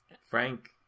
Frank